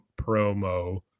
promo